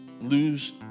lose